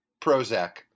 Prozac